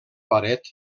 paret